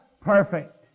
perfect